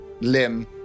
limb